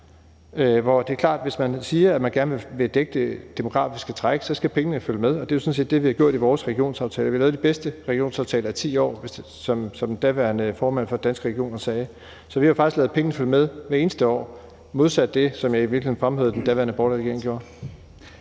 Her er det klart, at hvis man siger, at man gerne vil dække det demografiske træk, skal pengene følge med. Det er sådan set det, vi har gjort i vores regionsaftaler. Vi har lavet de bedste regionsaftaler i 10 år, som den daværende formand for Danske Regioner sagde. Så vi har faktisk hvert eneste år ladet pengene følge med – modsat det, som jeg fremhævede at den borgerlige regering gjorde.